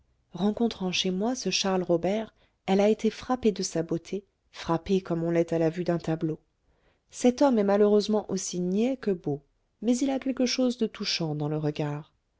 rencontrant chez moi ce charles robert elle a été frappée de sa beauté frappée comme on l'est à la vue d'un tableau cet homme est malheureusement aussi niais que beau mais il a quelque chose de touchant dans le regard